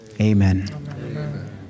Amen